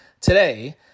today